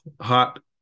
hot